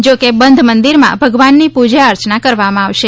જો કે બંધ મંદિરમાં ભગવાનની પૂજા અર્ચના કરવામાં આવશે